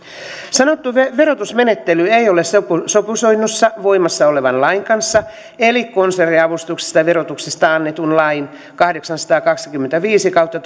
sanottu verotusmenettely ei ole sopusoinnussa voimassa olevan lain kanssa eli konserniavustuksesta verotuksessa annetun lain kahdeksansataakaksikymmentäviisi kautta